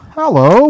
hello